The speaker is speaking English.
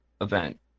event